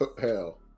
hell